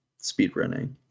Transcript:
speedrunning